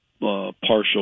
partial